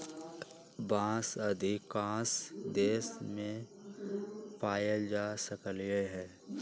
बांस अधिकांश देश मे पाएल जा सकलई ह